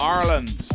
Ireland